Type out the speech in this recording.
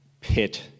pit